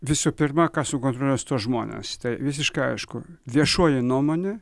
visų pirma kas sukontroliuos tuos žmones tai visiškai aišku viešoji nuomonė